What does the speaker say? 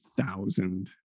thousand